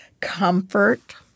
comfort